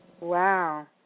Wow